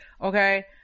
Okay